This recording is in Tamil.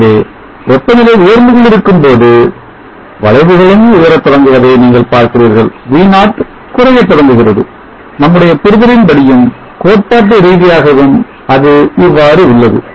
ஆகவே வெப்பநிலை உயர்ந்து கொண்டிருக்கும் போது வளைவுகளும் உயர தொடங்குவதை நீங்கள் பார்க்கிறீர்கள் V0 குறையத் தொடங்குகிறது நம்முடைய புரிதலின் படியும் கோட்பாட்டு ரீதியாகவும் அது இவ்வாறு உள்ளது